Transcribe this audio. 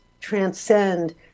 transcend